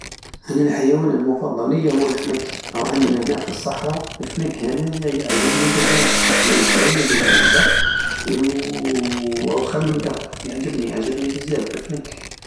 أنا الحيوان المفضل لي هو الفنك هو عندنا هنا فالصحرات الفنك هذايا يعجببني بزاف جاي صغير جاي شغل قط و وهاو خير من قط يعجبني يعجبني بزاف لفنك